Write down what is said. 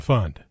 Fund